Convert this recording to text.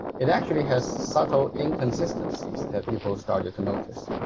it actually has subtle inconsistencies that people started to notice.